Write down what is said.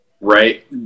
Right